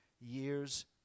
years